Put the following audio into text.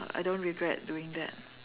I don't regret doing that